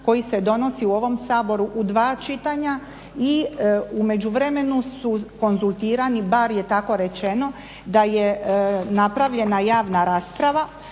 koji se donosi u ovom Saboru u dva čitanja i u međuvremenu su konzultirani bar je tako rečeno da je napravljena javna rasprava